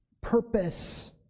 purpose